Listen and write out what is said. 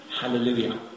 Hallelujah